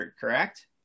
correct